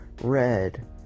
red